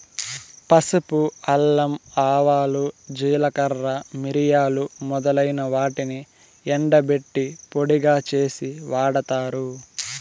పసుపు, అల్లం, ఆవాలు, జీలకర్ర, మిరియాలు మొదలైన వాటిని ఎండబెట్టి పొడిగా చేసి వాడతారు